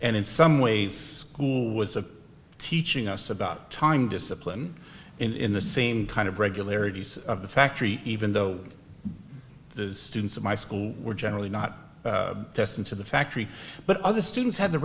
and in some ways who was a teaching us about time discipline in the same kind of regularities of the factory even though the students of my school were generally not tested to the factory but other students had the